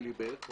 מליבך,